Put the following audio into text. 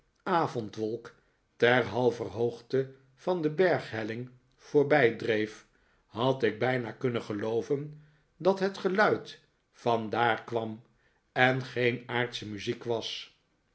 heldere avondwolk ter hajver hoogte van de berghelling voorbijdreef had ik bijna kunnen gelooven dat het geluid vandaar kwam en geen aardsche muziek was